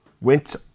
went